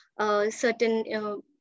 certain